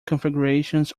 configurations